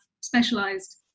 specialized